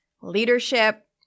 leadership